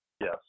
Yes